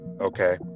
okay